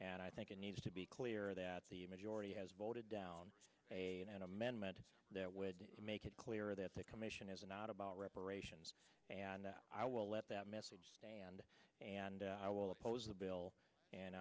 and i think it needs to be clear that the majority has voted down an amendment that would make it clear that the commission is not about reparations and i will let that message stand and i will oppose the bill and